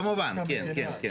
כמובן, כן, כן.